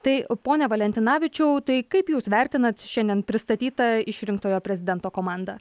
tai pone valentinavičiau tai kaip jūs vertinat šiandien pristatytą išrinktojo prezidento komandą